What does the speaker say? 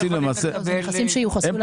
למעשה אלה לא נכסים של העמותה.